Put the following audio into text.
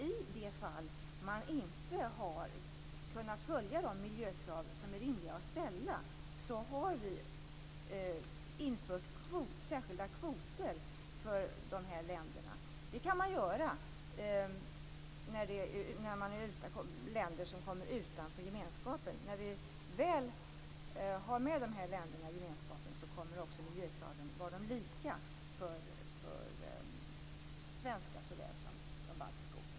I de fall som man inte har kunnat följa de miljökrav som är rimliga att ställa har vi infört särskilda kvoter för dessa länder. Det kan man göra i fråga om länder som är utanför gemenskapen. När dessa länder väl är med i gemenskapen kommer också miljökraven att vara desamma för svenska och baltiska åkare.